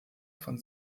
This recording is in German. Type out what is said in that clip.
von